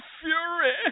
Fury